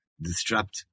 disrupt